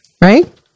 Right